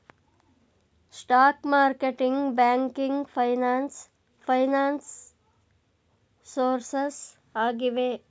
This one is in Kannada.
stock marketing, banking finance finance sources ಆಗಿವೆ